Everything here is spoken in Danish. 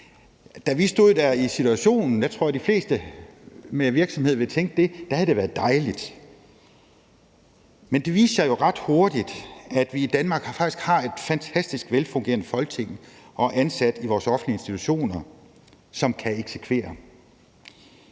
Da vi stod i situationen, tror jeg, de fleste med virksomhed ville tænke, at det havde været dejligt. Men det viste sig jo ret hurtigt, at vi i Danmark faktisk har et fantastisk velfungerende Folketing og ansatte i vores offentlige institutioner, som kan eksekvere.